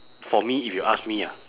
for me if you ask me ah